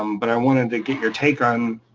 um but i wanted to get your take on.